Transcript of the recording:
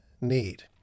need